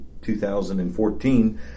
2014